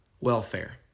welfare